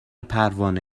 پروانه